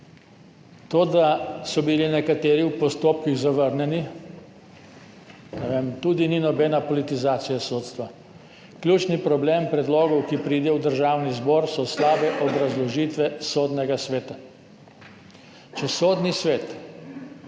To, da so bili nekateri v postopkih zavrnjeni, tudi ni nobena politizacija sodstva. Ključni problem predlogov, ki pridejo v Državni zbor, so slabe obrazložitve Sodnega sveta. Če Sodni svet